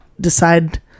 decide